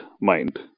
mind